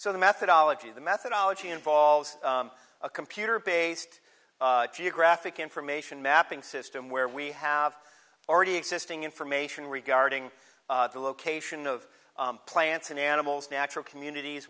so the methodology the methodology involves a computer based geographic information mapping system where we have already existing information regarding the location of plants and animals natural communities